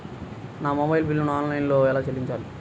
నా మొబైల్ బిల్లును ఆన్లైన్లో ఎలా చెల్లించాలి?